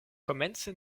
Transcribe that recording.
komence